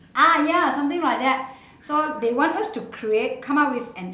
ah ya something like that so they want us to create come up with an